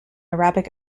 arabic